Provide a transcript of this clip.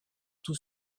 tous